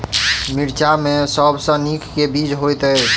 मिर्चा मे सबसँ नीक केँ बीज होइत छै?